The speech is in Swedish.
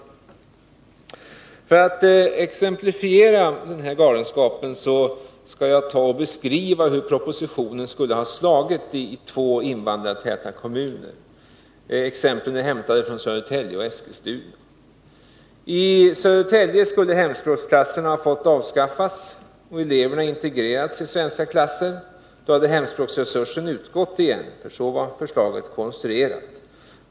Låt mig, för att exemplifiera denna galenskap, beskriva hur propositionen skulle ha slagit i två invandrartäta kommuner, Södertälje och Eskilstuna. I Södertälje skulle hemspråksklasserna ha fått avskaffas och eleverna integreras i svenska klasser. Då skulle hemspråksresursen, på grund av förslagets konstruktion, ha utgått igen.